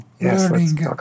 learning